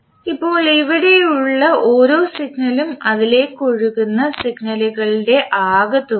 ഇപ്പോൾ ഇവിടെയുള്ള ഓരോ സിഗ്നലും അതിലേക്ക് ഒഴുകുന്ന സിഗ്നലുകളുടെ ആകെത്തുകയാണ്